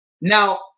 Now